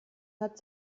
hat